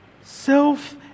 self